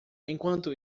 enquanto